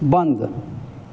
बन्द